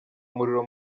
umuriro